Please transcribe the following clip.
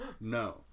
No